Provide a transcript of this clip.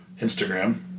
Instagram